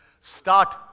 Start